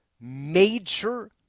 major